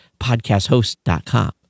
podcasthost.com